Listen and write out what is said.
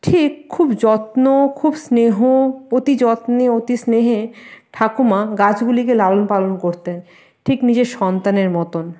ঠিক খুব যত্ন খুব স্নেহ অতি যত্নে অতি স্নেহে ঠাকুমা গাছগুলিকে লালন পালন করতেন ঠিক নিজের সন্তানের মতোন